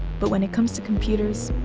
but when it comes to computers,